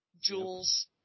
jewels